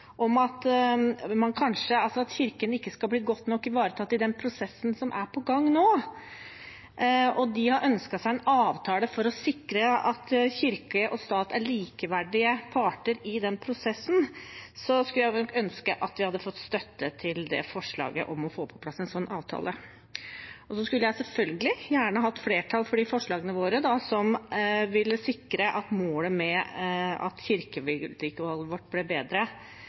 om at Kirken ikke skal bli godt nok ivaretatt i den prosessen som er på gang nå. De har ønsket seg en avtale for å sikre at Kirke og stat er likeverdige parter i den prosessen, og jeg skulle nok ønske at vi hadde fått støtte til forslaget om å få på plass en slik avtale. Og jeg skulle selvfølgelig gjerne hatt flertall for forslagene våre for å sikre målet om at kirkebyggvedlikeholdet vårt skal bli bedre